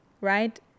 right